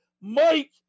Mike